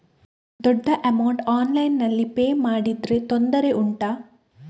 ದೊಡ್ಡ ಅಮೌಂಟ್ ಆನ್ಲೈನ್ನಲ್ಲಿ ಪೇ ಮಾಡಿದ್ರೆ ತೊಂದರೆ ಉಂಟಾ?